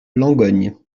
langogne